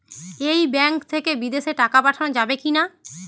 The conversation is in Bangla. এই ব্যাঙ্ক থেকে বিদেশে টাকা পাঠানো যাবে কিনা?